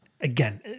again